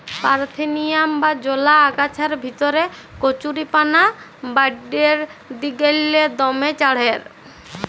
parthenium বা জলা আগাছার ভিতরে কচুরিপানা বাঢ়্যের দিগেল্লে দমে চাঁড়ের